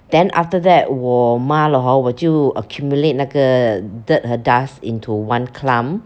then after that 我抹了 hor 我就 accumulate 那个 dirt 和 dust into one clump